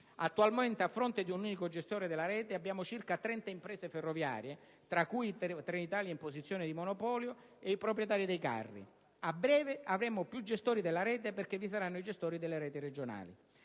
Attualmente, a fronte di un unico gestore della rete, abbiamo circa 30 imprese ferroviarie, tra cui Trenitalia in posizione di monopolio, e i proprietari dei carri. A breve avremo più gestori della rete perché vi saranno i gestori delle reti regionali.